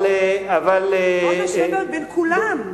בוא נשווה כל מי שפוגע בצה"ל.